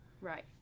Right